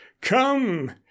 Come